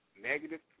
negative